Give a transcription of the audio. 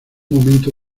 momento